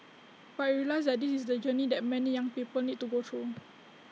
but I realised that this is the journey that many young people need to go through